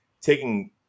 taking